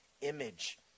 image